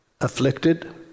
Afflicted